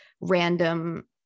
random